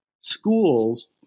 schools